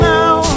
now